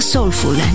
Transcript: Soulful